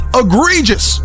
egregious